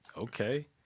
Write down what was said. Okay